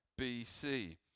BC